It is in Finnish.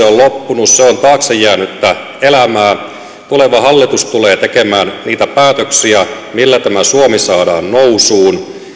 on loppunut se on taakse jäänyttä elämää tuleva hallitus tulee tekemään niitä päätöksiä millä tämä suomi saadaan nousuun